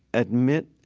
admit